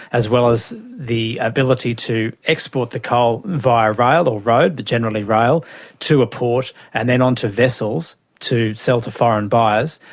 as well as the ability to export the coal via rail or road but generally rail to a port and then onto vessels to sell to foreign buyers,